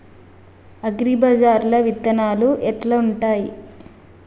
అగ్రిబజార్ల విత్తనాలు ఎట్లుంటయ్?